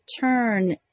turn